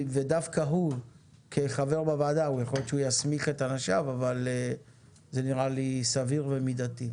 ודווקא הוא כחבר בוועדה, זה נראה לי סביר ומידתי.